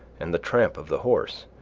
and the tramp of the horse,